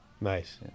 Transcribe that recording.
Nice